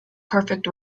perfect